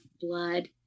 blood